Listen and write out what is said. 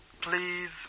Please